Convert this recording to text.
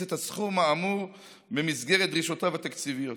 את הסכום האמור במסגרת דרישותיו התקציביות.